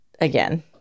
again